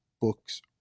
books